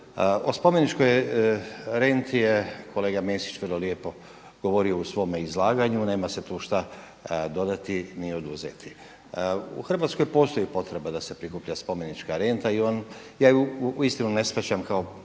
O spomeničkoj renti je kolega Mesić vrlo lijepo govorio u svome izlaganju, nema se tu šta dodati ni oduzeti. U Hrvatskoj postoji potreba da se prikuplja spomenička renta i ja ju uistinu ne shvaćam kao parafiskalni